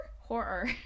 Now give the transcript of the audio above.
horror